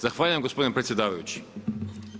Zahvaljujem gospodine predsjedavajući.